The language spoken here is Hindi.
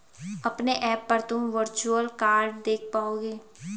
अपने ऐप पर तुम वर्चुअल कार्ड देख पाओगे